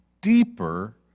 deeper